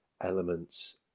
elements